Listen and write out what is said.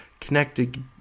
connected